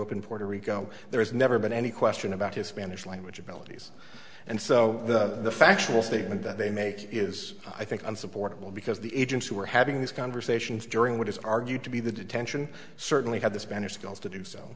up in puerto rico there is never been any question about his spanish language abilities and so the factual statement that they make is i think unsupportable because the agents who were having these conversations during what is argued to be the detention certainly had the spanish skills to do so